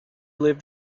lived